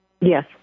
Yes